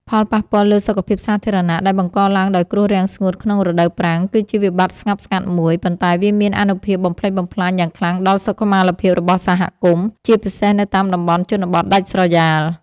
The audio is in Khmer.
ផលប៉ះពាល់លើសុខភាពសាធារណៈដែលបង្កឡើងដោយគ្រោះរាំងស្ងួតក្នុងរដូវប្រាំង គឺជាវិបត្តិស្ងប់ស្ងាត់មួយ ប៉ុន្តែវាមានអានុភាពបំផ្លិចបំផ្លាញយ៉ាងខ្លាំងដល់សុខុមាលភាពរបស់សហគមន៍ ជាពិសេសនៅតាមតំបន់ជនបទដាច់ស្រយាល។